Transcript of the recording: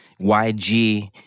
YG